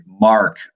mark